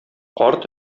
карт